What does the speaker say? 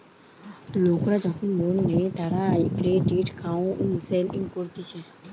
লোকরা যখন লোন নেই তারা ক্রেডিট কাউন্সেলিং করতিছে